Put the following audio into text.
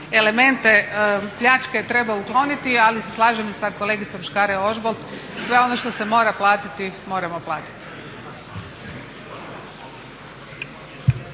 elemente pljačke treba ukloniti, ali se slažem i sa kolegicom Škare-Ožbolt, sve ono što se mora platiti moramo platiti.